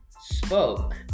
spoke